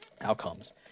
outcomes